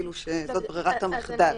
שזאת ברירת המחדל.